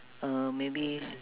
uh maybe